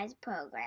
program